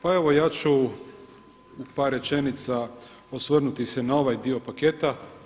Pa evo ja ću u par rečenica osvrnuti se na ovaj dio paketa.